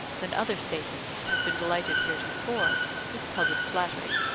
than other statists have been delighted heretofore with public flattery.